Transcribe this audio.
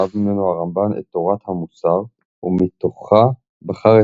שאב ממנו הרמב"ן את תורת המוסר ומתוכה בחר